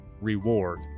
reward